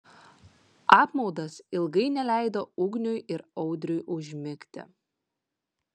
apmaudas ilgai neleido ugniui ir audriui užmigti